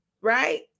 right